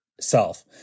self